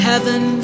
Heaven